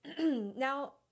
now